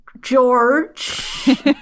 george